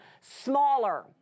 smaller